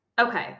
Okay